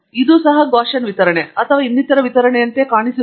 ಇದು ಗಾಸ್ಸಿಯನ್ ವಿತರಣೆ ಅಥವಾ ಇನ್ನಿತರ ವಿತರಣೆಯಂತೆ ಕಾಣಿಸುತ್ತದೆಯೇ